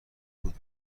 بود